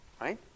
Right